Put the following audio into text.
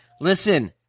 Listen